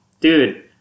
dude